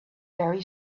very